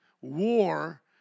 war